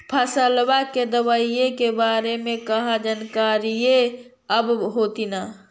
फसलबा के दबायें के बारे मे कहा जानकारीया आब होतीन?